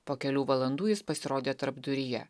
po kelių valandų jis pasirodė tarpduryje